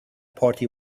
party